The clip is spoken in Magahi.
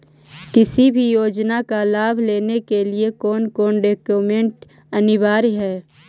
किसी भी योजना का लाभ लेने के लिए कोन कोन डॉक्यूमेंट अनिवार्य है?